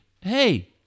Hey